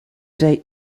day